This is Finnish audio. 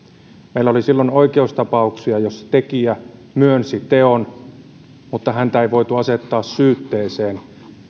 meillä oli silloin oikeustapauksia joissa tekijä myönsi teon mutta häntä ei voitu asettaa syytteeseen